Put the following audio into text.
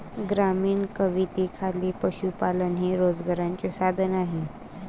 ग्रामीण कवितेखाली पशुपालन हे रोजगाराचे साधन आहे